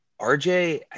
RJ